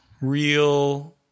Real